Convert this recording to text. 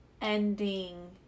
ending